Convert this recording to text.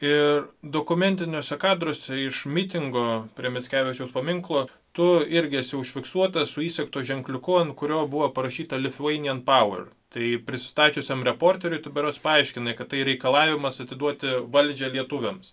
ir dokumentiniuose kadruose iš mitingo prie mickevičiaus paminklo tu irgi esi užfiksuota su įsegtu ženkliuku ant kurio buvo parašyta lithuanian power tai prisistačiusiam reporteriui tu berods paaiškinai kad tai reikalavimas atiduoti valdžią lietuviams